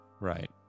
Right